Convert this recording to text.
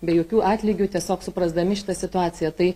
be jokių atlygių tiesiog suprasdami šitą situaciją tai